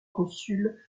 consuls